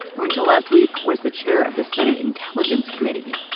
who until last week was the chair of the senate intelligence committee,